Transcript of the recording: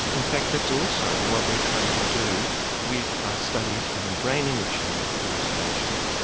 in fact that's also what we're trying to do with our studies on brain imaging of hallucinations.